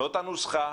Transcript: זאת הנוסחה,